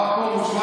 הרב פרוש,